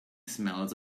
smells